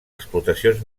explotacions